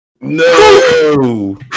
No